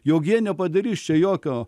jog jie nepadarys čia jokio